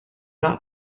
not